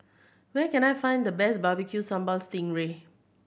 where can I find the best Barbecue Sambal sting ray